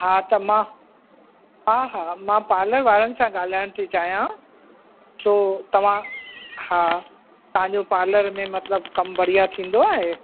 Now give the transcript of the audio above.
हा त मां हा हा मां पार्लर वारनि सां ॻाल्हाइण थी चाहियां छो तव्हां हा तव्हांजो पार्लर में मतिलब कम बढ़िया थींदो आहे